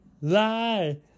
lie